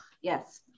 yes